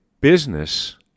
business